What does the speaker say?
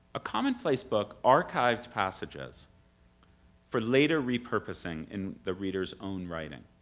a commonplace book archived passages for later repurposing in the reader's own writing.